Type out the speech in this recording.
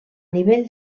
nivell